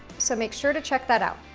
so make sure to check that out.